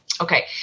Okay